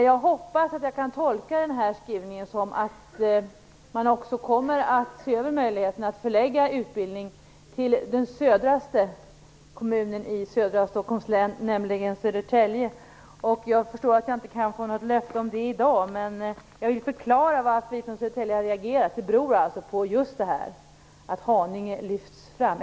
Jag hoppas att jag kan tolka denna skrivning som att man också kommer att se över möjligheterna att förlägga utbildning till den sydligaste kommunen i södra Stockholms län, nämligen Södertälje. Jag förstår att jag inte kan få något löfte om det i dag. Jag vill förklara varför man har reagerat i Södertälje. Det beror på att Haninge lyfts fram.